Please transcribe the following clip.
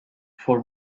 for